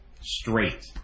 straight